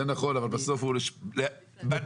פה